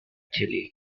chile